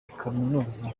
kaminuza